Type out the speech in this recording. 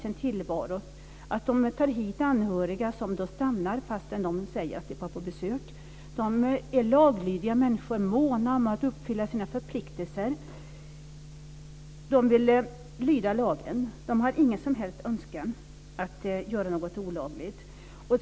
De tar inte hit anhöriga som sedan stannar fastän de säger att de bara är här på besök. Det är laglydiga människor som är måna om att uppfylla sina förpliktelser. De vill lyda lagen. De har ingen som helst önskan att göra något olagligt.